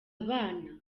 abana